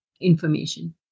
information